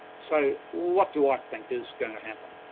so, what do i think is going to happen?